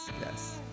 Yes